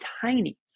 tiny